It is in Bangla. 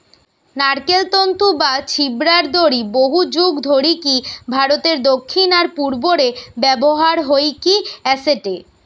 নারকেল তন্তু বা ছিবড়ার দড়ি বহুযুগ ধরিকি ভারতের দক্ষিণ আর পূর্ব রে ব্যবহার হইকি অ্যাসেটে